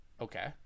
Okay